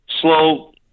slow